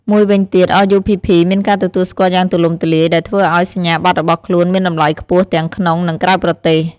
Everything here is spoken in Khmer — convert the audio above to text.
មួយវិញទៀតRUPPមានការទទួលស្គាល់យ៉ាងទូលំទូលាយ ដែលធ្វើឱ្យសញ្ញាបត្ររបស់ខ្លួនមានតម្លៃខ្ពស់ទាំងក្នុង និងក្រៅប្រទេស។